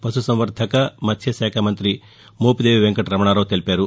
పశుసంవర్థక మత్స్యశాఖ మంత్రి మోపిదేవి వెంకటరమణారావు తెలిపారు